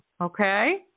Okay